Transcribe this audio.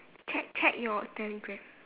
check your telegram